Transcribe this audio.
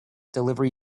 delivery